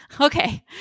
okay